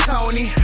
Tony